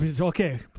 Okay